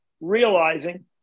realizing